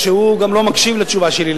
הוא גם לא מקשיב לתשובה שלי,